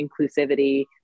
inclusivity